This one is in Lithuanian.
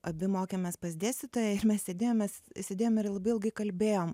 abi mokėmės pas dėstytoją ir mes sėdėjom mes sėdėjom ir labai ilgai kalbėjom